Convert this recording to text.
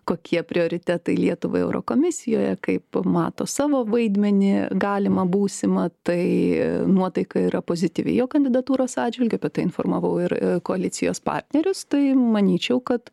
kokie prioritetai lietuvai euro komisijoje kaip mato savo vaidmenį galimą būsimą tai nuotaika yra pozityvi jo kandidatūros atžvilgiu apie tai informavau ir koalicijos partnerius tai manyčiau kad